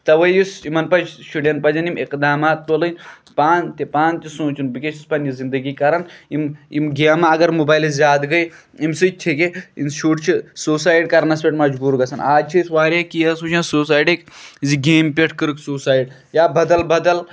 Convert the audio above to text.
تَوے یُس یِمن پزِ شُرین پَزین یِم اِقدامات تُلٕنۍ پانہٕ تہِ پانہٕ تہِ سوٗچِن بہٕ کیاہ چھُس پَنٕنہِ زندگی کران یِم گیمہٕ اَگر موبایلٕچ زیادٕ گٔے اَمہِ سۭتۍ چھِ کہِ شُر چھ سوسایڈ کرنَس پٮ۪ٹھ مَجبوٗر گژھان آز چھِ أسۍ واریاہ کیس وٕچھان سوسایڈ ہِندۍ زِ گیمہِ پٮ۪ٹھ کٔرٕکھ سوٗسایڈ یا بدل بدل